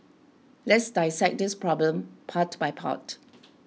let's dissect this problem part by part